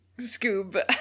Scoob